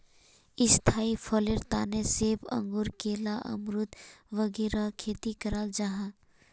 स्थाई फसलेर तने सेब, अंगूर, केला, अमरुद वगैरह खेती कराल जाहा